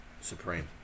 Supreme